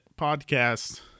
podcast